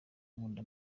nkunda